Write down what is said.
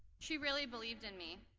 she really believed in me.